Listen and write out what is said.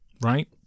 right